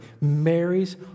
Mary's